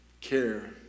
care